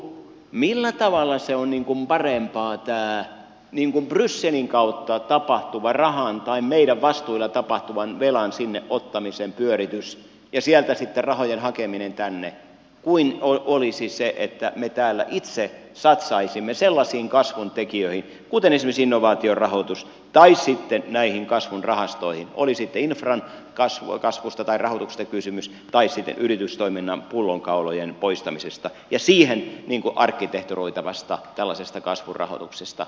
millä tavalla on parempaa tämä brysselin kautta tapahtuva rahan tai meidän vastuillamme otettavan velan sinne pyöritys ja sieltä sitten rahojen hakeminen tänne kuin olisi se että me täällä itse satsaisimme sellaisiin kasvun tekijöihin kuten esimerkiksi innovaatiorahoitukseen tai sitten näihin kasvun rahastoihin oli sitten infran kasvusta tai rahoituksesta kysymys tai sitten yritystoiminnan pullonkaulojen poistamisesta ja tällaisesta siihen arkkitehtoroitavasta kasvun rahoituksesta